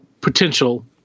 potential